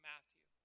Matthew